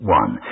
one